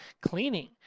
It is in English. Cleaning